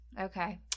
Okay